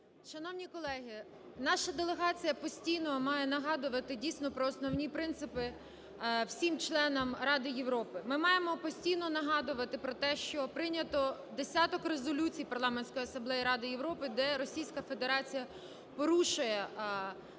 Шановні колеги, наша делегація постійно має нагадувати дійсно про основні принципи всім членам Ради Європи. Ми маємо постійно нагадувати про те, що прийнято десяток резолюцій Парламентської асамблеї Ради Європи, де Російська Федерація порушує кордони